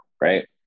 right